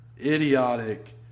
idiotic